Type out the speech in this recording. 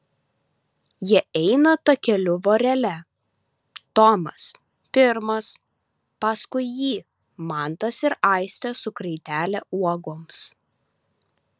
jie eina takeliu vorele tomas pirmas paskui jį mantas ir aistė su kraitele uogoms